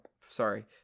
sorry